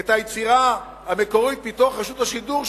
את היצירה המקורית ברשות השידור,